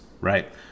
right